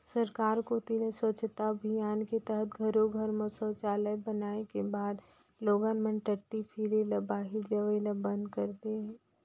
सरकार कोती ले स्वच्छता अभियान के तहत घरो घर म सौचालय बनाए के बाद लोगन मन टट्टी फिरे ल बाहिर जवई ल बंद कर दे हें